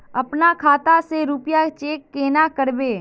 अपना खाता के रुपया चेक केना करबे?